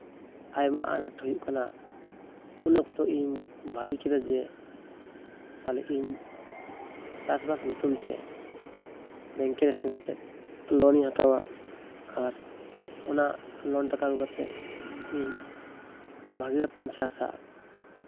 ᱟᱭᱢᱟ ᱟᱱᱟᱴ ᱦᱩᱭᱩᱜ ᱠᱟᱱᱟ ᱩᱱ ᱚᱠᱛᱚ ᱤᱧ ᱵᱷᱟᱹᱵᱤ ᱠᱮᱫᱟ ᱡᱮ ᱛᱟᱦᱞᱮ ᱤᱧ ᱪᱟᱥᱼᱵᱟᱥ ᱧᱩᱛᱩᱢ ᱛᱮ ᱵᱮᱝᱠᱮ ᱨᱮ ᱥᱮᱱ ᱠᱟᱛᱮᱜ ᱞᱚᱱ ᱤᱧ ᱦᱟᱛᱟᱣᱟ ᱟᱨ ᱚᱱᱟ ᱞᱳᱱ ᱴᱟᱠᱟ ᱟᱹᱜᱩ ᱠᱟᱛᱮᱫ ᱤᱧ ᱵᱷᱟᱹᱜᱤ ᱞᱮᱠᱟᱛᱤᱧ ᱪᱟᱥᱼᱟ